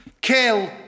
kill